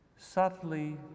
subtly